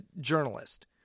journalist